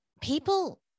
people